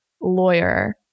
lawyer